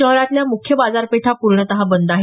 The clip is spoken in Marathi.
शहरातल्या मुख्य बाजारपेठा पूर्णतः बंद आहेत